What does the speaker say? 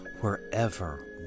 Wherever